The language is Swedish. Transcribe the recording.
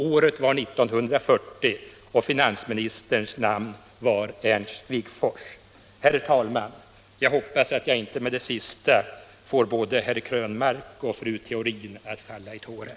Året var 1940 och finansministern hette Ernst Wigforss. Herr talman! Jag hoppas att jag inte med det sista får både herr Krönmark och fru Theorin att falla i tårar.